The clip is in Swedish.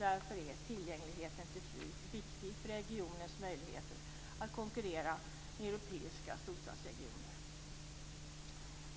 Därför är tillgängligheten till flyg viktig för regionens möjligheter att konkurrera med europeiska storstadsregioner.